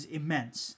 immense